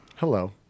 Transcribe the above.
Hello